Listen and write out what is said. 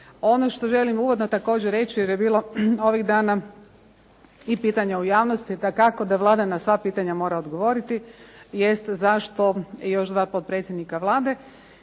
Ono što želim uvodno također reći jer je bilo ovih dana i pitanja u javnosti, dakako da Vlada na sva pitanja mora odgovoriti, jest zašto još 2 potpredsjednika Vlade?